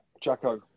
Jacko